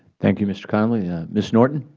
thank you, mr. connolly. ms. norton?